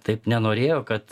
taip nenorėjo kad